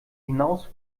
hinaus